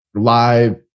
live